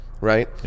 Right